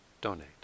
donate